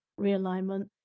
realignment